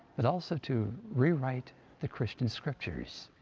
but also to rewrite the christian scriptures,